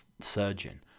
surgeon